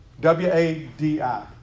W-A-D-I